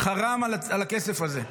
חראם על הכסף הזה.